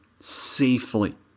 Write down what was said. safely